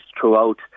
throughout